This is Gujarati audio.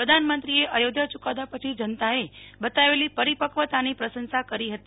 પ્રધાનમંત્રીએ અયોધ્યા ચૂકાદા પછી જનતાએ બતાવેલી પરિપકવતાની પ્રશંસા કરી હતી